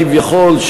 כביכול,